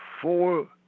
four